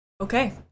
okay